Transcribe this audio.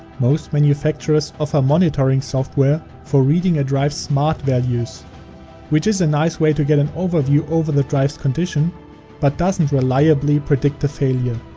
most manufacturers offer monitoring software for reading a drive's smart values which is a nice way to get an overview over the drives condition but doesn't reliably predict a failure.